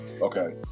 okay